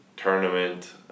Tournament